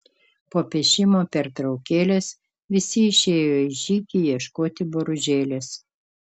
po piešimo pertraukėlės visi išėjo į žygį ieškoti boružėlės